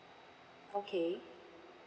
okay